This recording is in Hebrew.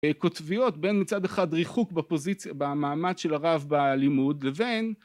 קוטביות בין מצד אחד ריחוק במעמד של הרב בלימוד, לבין